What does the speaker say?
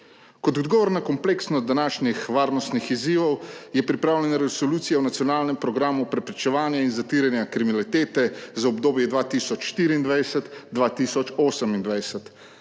Kot odgovor na kompleksnost današnjih varnostnih izzivov je pripravljena Resolucija o nacionalnem programu preprečevanja in zatiranja kriminalitete za obdobje 2024–2028.